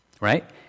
Right